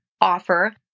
offer